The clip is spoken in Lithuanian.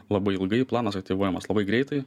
labai ilgai planas aktyvuojamas labai greitai